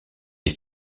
est